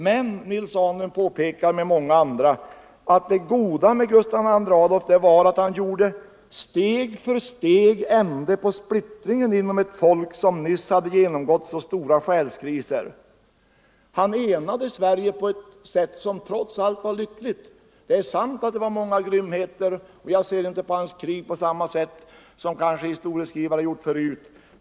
Men Nils Ahnlund påpekar liksom många andra att det goda med Gustav II Adolf var att han steg för steg gjorde ände på splittringen inom ett folk som nyss hade genomgått så stora själskriser. Han enade Sverige på ett sätt som trots allt var lyckligt. Det är sant att det förekom många grymheter, och jag ser inte på Gustav II Adolfs krig på samma sätt som kanske historieskrivare gjort 109 förut.